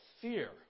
fear